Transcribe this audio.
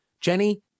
Jenny